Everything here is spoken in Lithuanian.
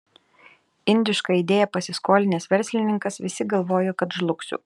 indišką idėją pasiskolinęs verslininkas visi galvojo kad žlugsiu